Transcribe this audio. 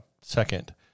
second